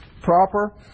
proper